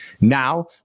Now